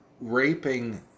Raping